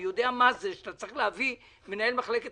אני יודע מה זה שאתה צריך להביא מנהל מחלקת